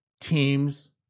teams